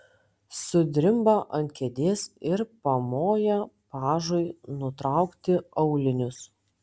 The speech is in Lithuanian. sudrimba ant kėdės ir pamoja pažui nutraukti aulinius